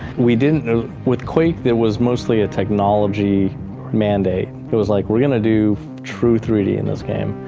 we didn't with quake there was mostly a technology mandate. it was like, we're gonna do true three d in this game,